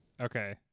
Okay